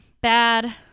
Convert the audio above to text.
bad